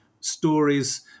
stories